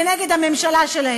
נגד הממשלה שלהם.